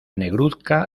negruzca